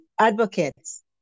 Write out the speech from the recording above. advocates